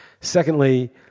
Secondly